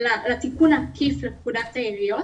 לתיקון העקיף לפקודת העיריות.